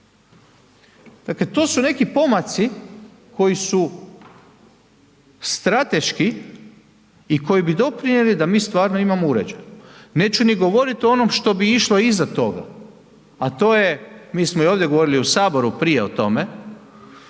Dakle to su neki pomaci koji su strateški i koji bi doprinijeli da mi stvarno imamo uređeno, neću ni govorit o onome što bi išlo iza toga a to je, mi smo i ovdje govorili u Saboru prije o tome,